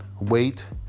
wait